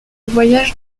voyage